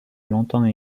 longtemps